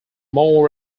more